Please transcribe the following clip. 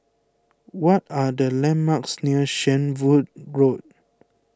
what are the landmarks near Shenvood Road